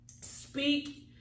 Speak